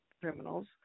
criminals